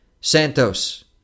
Santos